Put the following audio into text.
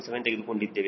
7 ತೆಗೆದುಕೊಂಡಿದ್ದೇವೆ